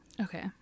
Okay